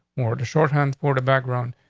more the shorthand for the background.